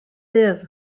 dydd